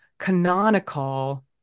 canonical